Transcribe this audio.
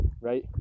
right